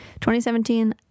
2017